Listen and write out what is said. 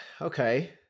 okay